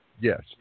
Yes